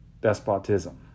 despotism